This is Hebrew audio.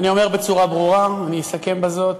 אני אומר בצורה ברורה, ואני אסכם בזאת: